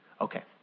Okay